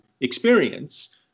experience